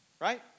right